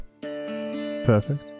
perfect